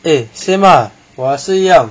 eh same lah 我也是一样